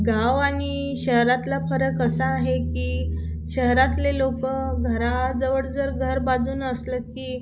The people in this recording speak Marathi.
गाव आणि शहरातला फरक असा आहे की शहरातले लोकं घराजवळ जर घर बाजूनं असलं की